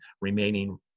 remaining